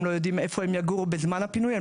הם לא יודעים איפה הם יגורו בזמן הפינוי,